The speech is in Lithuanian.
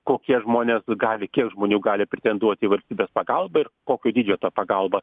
kokie žmonės gali kiek žmonių gali pretenduoti į valstybės pagalbą ir kokio dydžio ta pagalba